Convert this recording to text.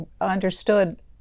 understood